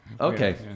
Okay